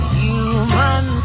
human